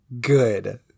good